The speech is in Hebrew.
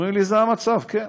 אומרים לי: זה המצב, כן.